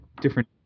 different